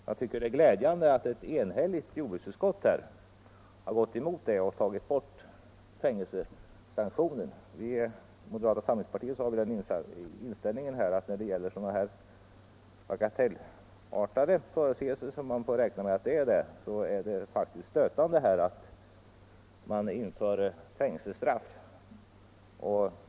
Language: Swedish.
Jag tycker det är glädjande att ett enhälligt jordbruksutskott tagit bort fängelsesanktionen. Vi inom moderata samlingspartiet har den inställningen att det är stötande med fängelsestraff för sådana här bagatellartade förseelser.